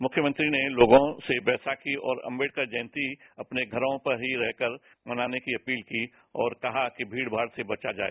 मुख्यमंत्री ने लोगों से वैशाखी और अंबेडकर जयंती अपने घरों पर ही रहकर मनाने की अपील की और कहा कि भीड़ माड़ से बचा जाए